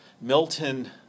Milton